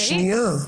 שנייה.